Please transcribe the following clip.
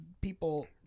people